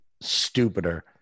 stupider